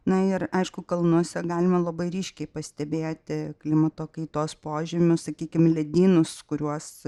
na ir aišku kalnuose galima labai ryškiai pastebėti klimato kaitos požymius sakykim ledynus kuriuos